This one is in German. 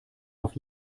auf